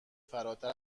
فراتر